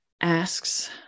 asks